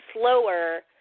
slower